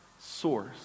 source